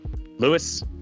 Lewis